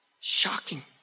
Shocking